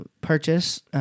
purchase